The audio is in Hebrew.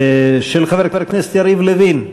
של חבר הכנסת יריב לוין.